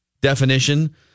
definition